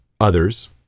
others